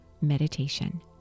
meditation